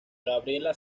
gabriela